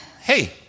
hey